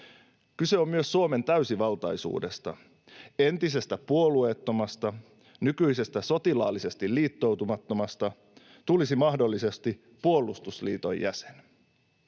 Kyse on myös Suomen täysivaltaisuudesta. Entisestä puolueettomasta, nykyisestä sotilaallisesti liittoutumattomasta tulisi mahdollisesti puolustusliiton jäsen.